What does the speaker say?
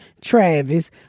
Travis